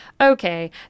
okay